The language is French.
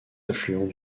affluent